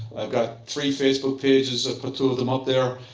i've got three facebook pages. i've put two of them up there.